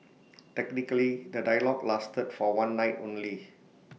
technically the dialogue lasted for one night only